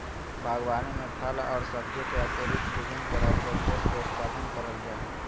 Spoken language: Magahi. बागवानी में फल और सब्जी के अतिरिक्त विभिन्न तरह के फूल के उत्पादन करल जा हइ